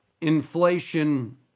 inflation